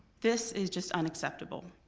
this is just unacceptable.